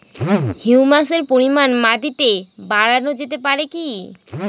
হিউমাসের পরিমান মাটিতে বারানো যেতে পারে কি?